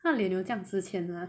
他的脸有这样值钱吗